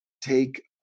take